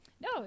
No